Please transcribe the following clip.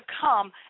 come